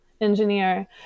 engineer